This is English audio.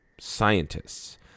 scientists